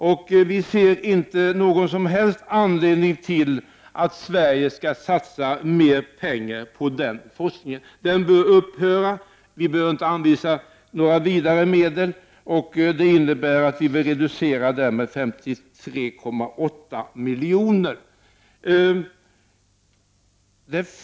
Vi i centern ser inte någon som helst anledning till att Sverige skall satsa mer pengar på den forskningen. Den bör upphöra. Vi bör inte anvisa ytterligare medel till den. Vi bör alltså reducera anslagen med 53,8 milj.kr.